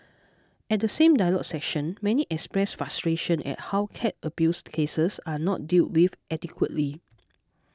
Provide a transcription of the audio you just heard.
at the same dialogue session many expressed frustration at how cat abused cases are not dealt with adequately